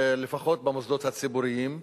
לפחות במוסדות הציבוריים.